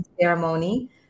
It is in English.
ceremony